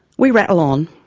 we rattle on.